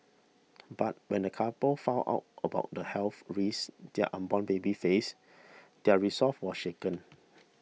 but when the couple found out about the health risks their unborn baby faced their resolve was shaken